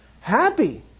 happy